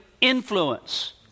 influence